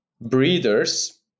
Breeders